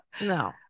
no